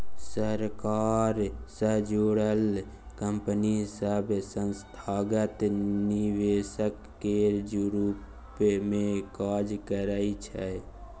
सरकार सँ जुड़ल कंपनी सब संस्थागत निवेशक केर रूप मे काज करइ छै